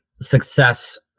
success